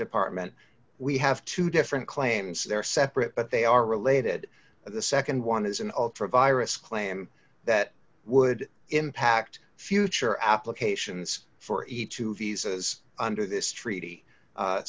department we have two different claims there are separate but they are related the nd one is an ultra virus claim that would impact future applications for each to visas under this treaty